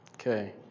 Okay